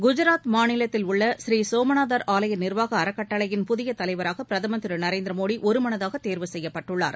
குஜராத் மாநிலத்தில் உள்ள ஸ்ரீ சோமநாதர் ஆவய நிர்வாக அறக்கட்டளையின் புதிய தலைவராக பிரதம் திரு நரேந்திர மோடி ஒருமனதாக தேர்வு செய்யப்பட்டுள்ளார்